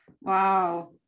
Wow